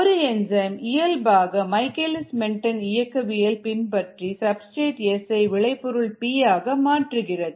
ஒரு என்சைம் இயல்பாக Michaelis Menten இயக்கவியல் பின்பற்றி சப்ஸ்டிரேட் S ஐ விளைபொருள் P ஆக மாற்றுகிறது